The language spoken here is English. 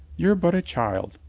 you're but a child,